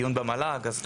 מההבנה שלי הבסיסית,